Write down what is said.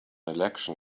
election